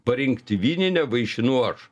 parinkti vyninę vaišinu aš